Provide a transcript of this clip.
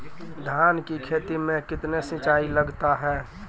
धान की खेती मे कितने सिंचाई लगता है?